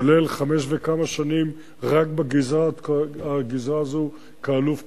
כולל חמש וכמה שנים רק בגזרה הזאת כאלוף פיקוד.